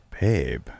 Babe